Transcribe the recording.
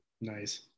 nice